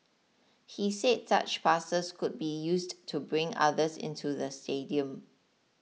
he said such passes could be used to bring others into the stadium